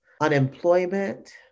unemployment